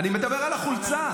אני מדבר על החולצה.